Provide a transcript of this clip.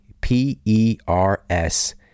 p-e-r-s